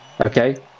okay